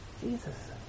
Jesus